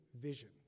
vision